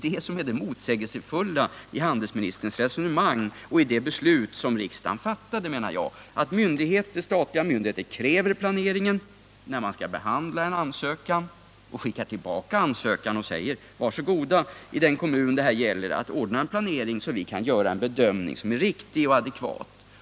Det motsägelsefulla i handelsministerns resonemang och det beslut som riksdagen fattade menar jag är att statliga myndigheter, när man skall behandla en ansökan i den kommun det här gäller, skickar tillbaka ansökan och säger: Var så goda och ordna en planering så att vi kan göra en bedömning som är riktig och adekvat.